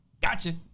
gotcha